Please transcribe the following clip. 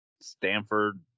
Stanford